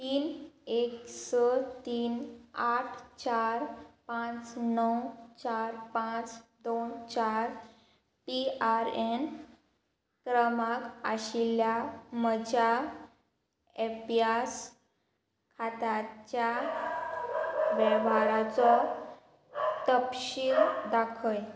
तीन एक स तीन आठ चार पांच णव चार पांच दोन चार पी आर एन क्रमांक आशिल्ल्या म्हज्या एप्यास खात्याच्या वेव्हाराचो तपशील दाखय